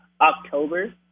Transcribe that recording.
October